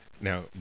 now